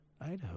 Idaho